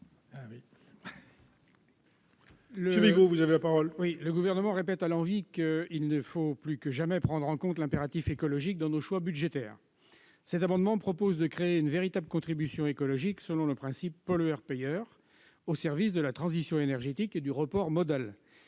Le Gouvernement le répète à l'envi, il faut plus que jamais prendre en compte l'impératif écologique dans nos choix budgétaires. Avec cet amendement, nous proposons de créer une véritable contribution écologique, selon le principe pollueur-payeur, au service de la transition énergétique et du report modal.